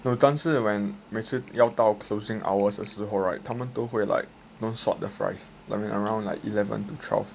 那么但是 when 每次要到 closing hours 的时候 right 他们都会 like don't salt the fries I mean around like eleven to twelve